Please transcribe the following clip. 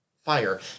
Fire